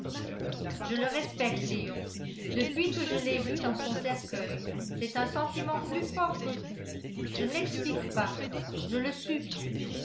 je le respecte léon depuis que je l'ai vu dans son cercueil c'est un sentiment plus fort que tout je ne l'explique pas je le subis